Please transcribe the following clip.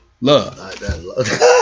Love